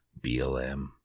BLM